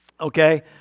okay